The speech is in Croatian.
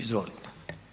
Izvolite.